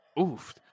Oof